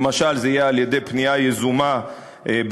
למשל זה יהיה על-ידי פנייה יזומה במסרונים,